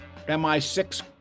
mi6